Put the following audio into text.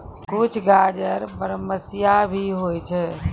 कुछ गाजर बरमसिया भी होय छै